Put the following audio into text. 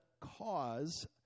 cause